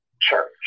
church